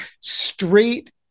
straight